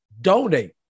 donate